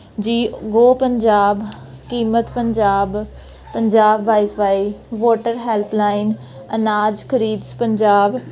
ਜੀ ਗੋ ਪੰਜਾਬ ਕੀਮਤ Punjab Punjab wifi voter helpline ਅਨਾਜ ਖ਼ਰੀਦਜ ਪੰਜਾਬ